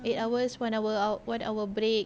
eight hours one hour ah one hour break